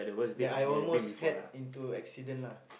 that I almost had into accident lah